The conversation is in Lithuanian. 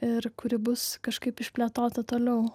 ir kuri bus kažkaip išplėtota toliau